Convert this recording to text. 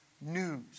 news